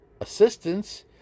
assistance